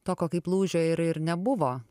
tokio kaip lūžio ir ir nebuvo